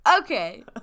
Okay